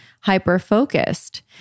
hyper-focused